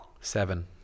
Seven